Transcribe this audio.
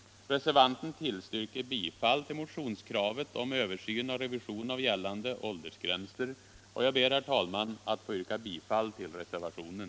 Reservanten tillstyrker bifall till motionskravet om översyn och revision av gällande åldersgränser, och jag ber, herr talman, att få yrka bifall till reservationen.